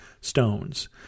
stones